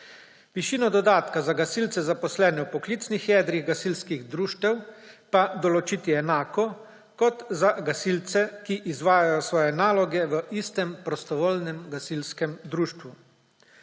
višino dodatka za gasilce, zaposlene v poklicnih jedrih gasilskih društev, pa določiti enako kot za gasilce, ki izvajajo svoje naloge v istem prostovoljnem gasilskem društvu.